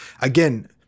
Again